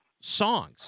songs